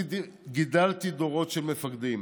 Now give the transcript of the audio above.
אני גידלתי דורות של מפקדים